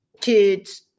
kids